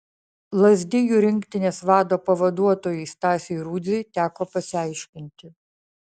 lazdijų rinktinės vado pavaduotojui stasiui rudziui teko pasiaiškinti